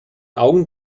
augen